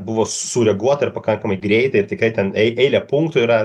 buvo sureaguota ir pakankamai greitai ir tikrai ten ei eilę punktų yra